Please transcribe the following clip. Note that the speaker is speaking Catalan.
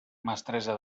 mestressa